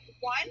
one